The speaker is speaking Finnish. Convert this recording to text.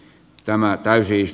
tämä käy siis